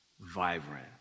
vibrant